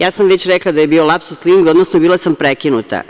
Već sam rekla da je bio lapsus lingve, odnosno bila sam prekinuta.